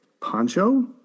Poncho